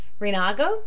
Renago